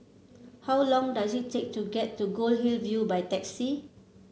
how long does it take to get to Goldhill View by taxi